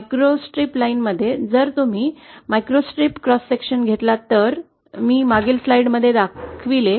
microstrip लाइनमध्ये जर तुम्ही मायक्रोस्ट्रिपचा क्रॉस सेक्शन घेतला तर मी मागील स्लाइड मध्ये दाखविले